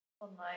Online